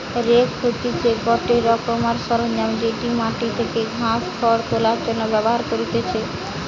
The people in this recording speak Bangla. রেক হতিছে গটে রোকমকার সরঞ্জাম যেটি মাটি থেকে ঘাস, খড় তোলার জন্য ব্যবহার করতিছে